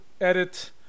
edit